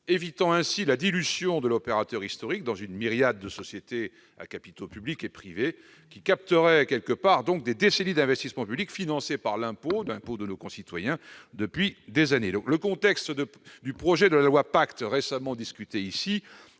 évitant ainsi la dilution de l'opérateur historique dans une myriade de sociétés à capitaux publics et privés qui capteraient des décennies d'investissements publics financés par l'impôt de nos concitoyens depuis des années. Le contexte du projet de loi Pacte, récemment discuté au